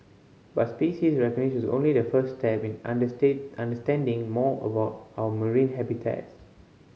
but species recognition is only the first step in understanding more about our marine habitats